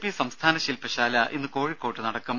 P സംസ്ഥാന ശില്പശാല ഇന്ന് കോഴിക്കോട് നടക്കും